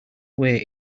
away